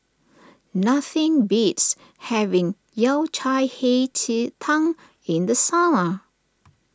nothing beats having Yao Cai Hei Ji Tang in the summer